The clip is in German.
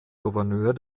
gouverneur